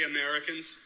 Americans